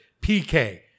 PK